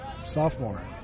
Sophomore